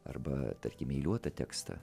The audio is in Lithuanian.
arba tarkim eiliuotą tekstą